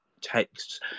texts